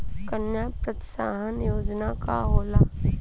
कन्या प्रोत्साहन योजना का होला?